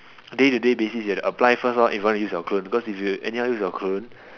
day to day basis you have to apply first lor if you want to use your clone because if you anyhow use your clone